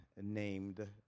named